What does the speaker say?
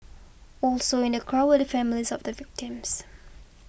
also in the crowd were the families of the victims